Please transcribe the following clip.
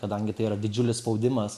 kadangi tai yra didžiulis spaudimas